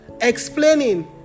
explaining